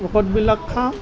ঔষধবিলাক খাওঁ